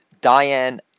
Diane